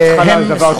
כהתחלה זה דבר טוב.